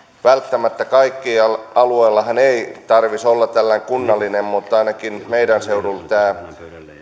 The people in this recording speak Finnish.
välttämättä kaikilla alueillahan ei tarvitsisi olla tällainen kunnallinen mutta ainakin meidän seudullamme tämä